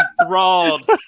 enthralled